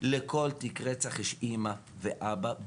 לכל תיק רצח יש אימא ואבא.